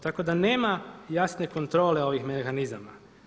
Tako da nema jasne kontrole ovih mehanizama.